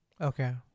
okay